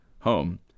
home